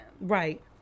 Right